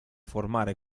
formare